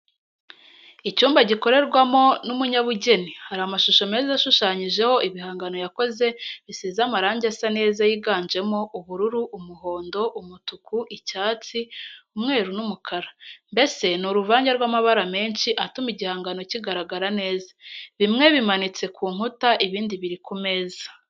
Icyumba gikorerwamo n'umunyabugeni, hari amashusho meza ashushanyijeho ibihangano yakoze bisize amarange asa neza yiganjemo ubururu, umuhondo umutuku, icyatsi, umweru n'umukara, mbese ni uruvange rw'amabara menshi atuma igihangano kigaragara neza, bimwe bimanitse ku nkuta, ibindi biri ku meza.